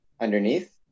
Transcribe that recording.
underneath